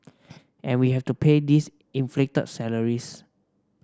and we have to pay these inflated salaries